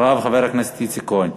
ואחריו, חבר הכנסת איציק כהן.